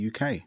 UK